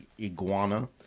iguana